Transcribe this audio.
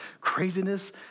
craziness